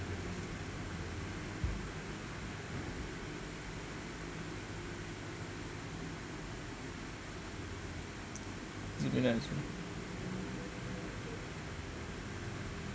you didn't answer